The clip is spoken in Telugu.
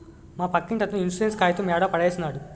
మా పక్కింటతను ఇన్సూరెన్స్ కాయితం యాడో పడేసినాడు